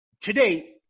today